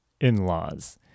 in-laws